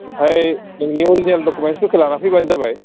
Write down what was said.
ओमफ्राय नोंनि अरिजिनेल दखुमेन्सफोरखौ लाना फैबानो जाबाय